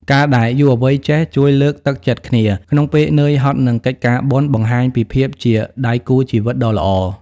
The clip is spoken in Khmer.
ការដែលយុវវ័យចេះ "ជួយលើកទឹកចិត្តគ្នា" ក្នុងពេលនឿយហត់នឹងកិច្ចការបុណ្យ បង្ហាញពីភាពជាដៃគូជីវិតដ៏ល្អ។